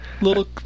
little